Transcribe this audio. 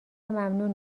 ممنون